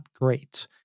great